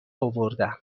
اوردم